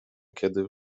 kiedy